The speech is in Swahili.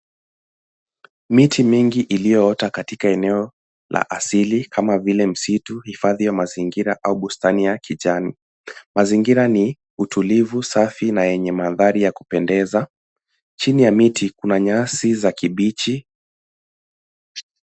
Miti mingi iliyoota katika eneo la asili kama vile msitu, hifadhi ya mazingira au bustani ya kijani. Mazingira ni utulivu, safi na yenye mandhari ya kupendeza. Chini ya miti kuna nyasi za kibichi.